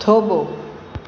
થોભો